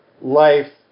life